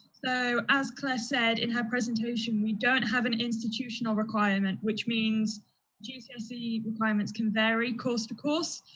so as claire said in her presentation we don't have an institutional requirement, which means gcse requirements can vary course to course.